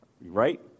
right